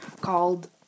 called